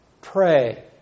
Pray